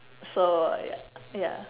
so ya ya